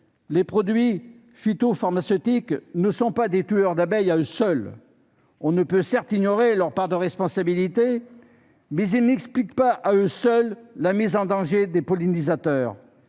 les produits phytopharmaceutiques ne sont pas considérés comme des tueurs d'abeilles à eux seuls. On ne peut, certes, ignorer leur part de responsabilité, mais ils n'expliquent pas à eux seuls la mise en danger des pollinisateurs